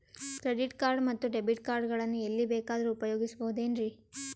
Credit card ಮತ್ತು debit card ಗಳನ್ನು ಎಲ್ಲಿ ಬೇಕಾದ್ರು ಉಪಯೋಗಿಸಬಹುದೇನ್ರಿ?